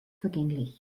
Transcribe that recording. vergänglich